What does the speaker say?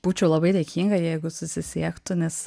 būčiau labai dėkinga jeigu susisiektų nes